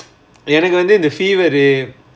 எனக்கு வந்து இந்த:enakku vanthu intha fever uh